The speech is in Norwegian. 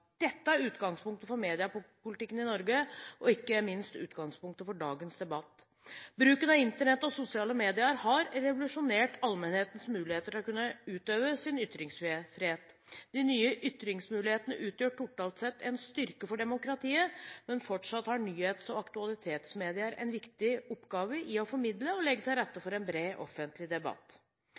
Dette er utgangspunktet for mediepolitikken i Norge, og ikke minst utgangspunktet for dagens debatt. Bruken av Internett og sosiale medier har revolusjonert allmenhetens mulighet til å kunne utøve sin ytringsfrihet. De nye ytringsmulighetene utgjør totalt sett en styrke for demokratiet, men fortsatt har nyhets- og aktualitetsmedier en viktig oppgave i å formidle og legge til rette for en bred offentlig debatt.